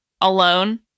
alone